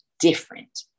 different